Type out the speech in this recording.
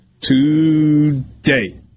today